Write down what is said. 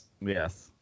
Yes